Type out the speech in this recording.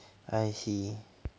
I see